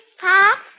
Pop